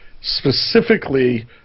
specifically